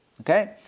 Okay